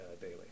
daily